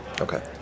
okay